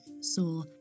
saw